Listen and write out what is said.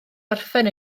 orffen